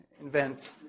invent